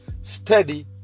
Steady